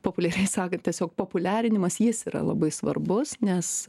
populiariai sakant tiesiog populiarinimas jis yra labai svarbus nes